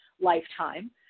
lifetime